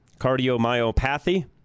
cardiomyopathy